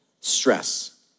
stress